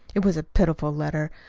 it was a pitiful letter.